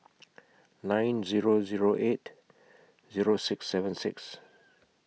nine Zero Zero eight Zero six seven six